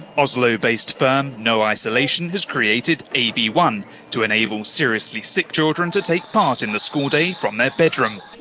oslo-based firm no isolation has created a v one to enable seriously sick children to take part in the school day from their bedroom.